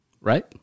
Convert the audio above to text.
Right